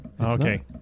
Okay